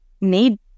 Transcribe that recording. need